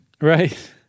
Right